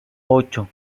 ocho